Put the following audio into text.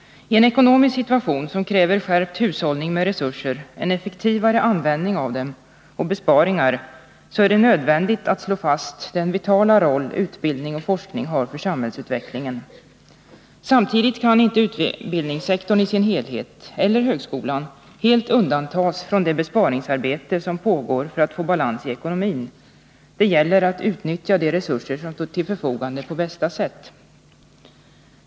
I en ekonomisk situation som kräver skärpt hushållning med resurser, en effektivare användning av dem och besparingar är det nödvändigt att slå fast den vitala roll utbildning och forskning har för samhällsutvecklingen. Samtidigt kan inte utbildningssektorn i sin helhet, eller högskolan, helt undantas från det besparingsarbete som pågår för att få balans i ekonomin. Det gäller att på bästa sätt utnyttja de resurser som står till förfogande.